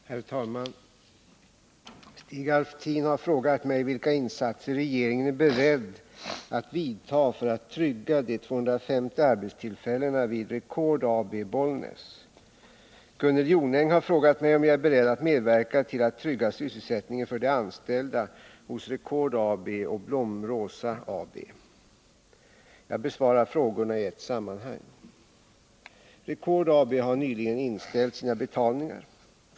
Herr talman! Stig Alftin har frågat mig vilka insatser regeringen är beredd att vidta för att trygga de 250 arbetstillfällena vid Record AB, Bollnäs. Gunnel Jonäng har frågat mig om jag är beredd att medverka till att trygga sysselsättningen för de anställda hos Record AB och Blom-Rosa AB. Jag besvarar frågorna i ett sammanhang. Record AB har nyligen inställt sina betalningar.